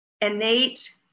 innate